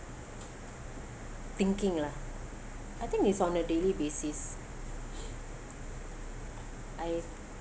thinking lah I think it's on a daily basis I